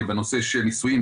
בנושא של נישואים,